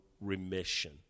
remission